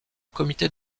comité